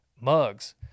mugs